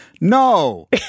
no